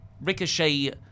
Ricochet